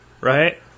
Right